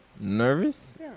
Nervous